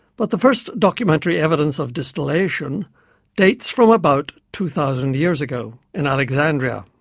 but the first documentary evidence of distillation dates from about two thousand years ago in alexandria.